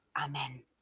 Amen